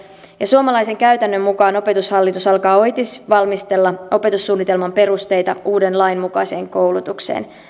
ja suomalaisen käytännön mukaan opetushallitus alkaa oitis valmistella opetussuunnitelman perusteita uuden lain mukaiseen koulutukseen